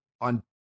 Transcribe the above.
on